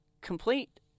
complete